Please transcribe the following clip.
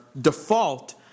default